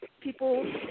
people